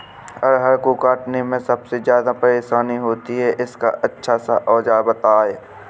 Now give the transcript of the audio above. अरहर को काटने में सबसे ज्यादा परेशानी होती है इसका अच्छा सा औजार बताएं?